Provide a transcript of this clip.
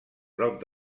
prop